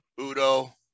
Udo